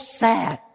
sad